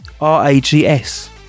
R-A-G-S